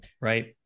Right